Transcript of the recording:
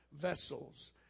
vessels